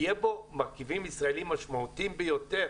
יהיו בו מרכיבים ישראלים משמעותיים ביותר